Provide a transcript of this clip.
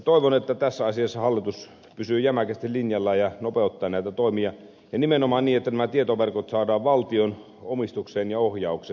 toivon että tässä asiassa hallitus pysyy jämäkästi linjallaan ja nopeuttaa näitä toimia nimenomaan niin että nämä tietoverkot saadaan valtion omistukseen ja ohjaukseen